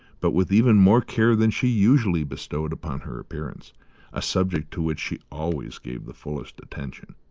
but with even more care than she usually bestowed upon her appearance a subject to which she always gave the fullest attention.